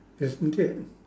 isn't it